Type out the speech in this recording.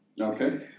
Okay